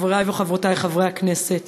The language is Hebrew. חברי וחברותי חברי הכנסת,